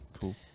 Cool